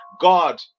God